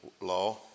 Law